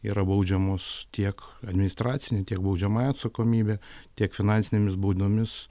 yra baudžiamos tiek administracine tiek baudžiamoji atsakomybe tiek finansinėmis baudomis